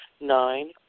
Nine